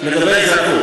לגבי אזרחות,